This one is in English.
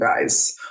guys